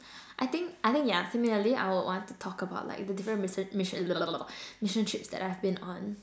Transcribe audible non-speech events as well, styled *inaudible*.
I think I think yeah similarly I would want to talk about like the different mission mission *noise* mission trips that I've been on